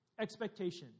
Expectation